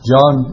John